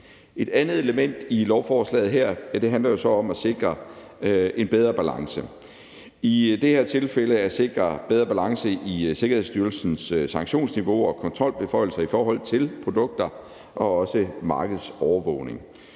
Et andet element i lovforslaget her handler jo så om at sikre en bedre balance. I det her tilfælde handler det om at sikre en bedre balance i Sikkerhedsstyrelsens sanktionsniveau og kontrolbeføjelser i forhold til produkter og også markedsovervågning.